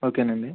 ఓకేనండి